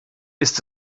ist